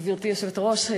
גברתי היושבת-ראש,